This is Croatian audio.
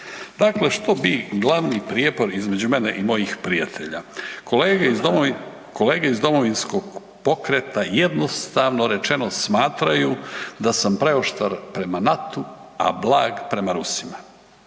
Dakle, što bi glavni prijepor između mene i mojih prijatelja? Kolege iz Domovinskog, kolege iz Domovinskog pokreta jednostavno rečeno smatraju da sam preoštar prema NATO-u, a blag prema Rusima.